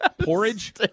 porridge